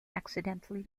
accidentally